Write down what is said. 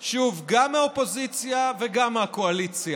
שוב, גם מהאופוזיציה וגם מהקואליציה,